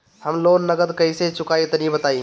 हम लोन नगद कइसे चूकाई तनि बताईं?